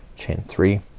chain three,